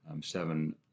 Seven